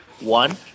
One